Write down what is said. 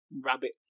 rabbit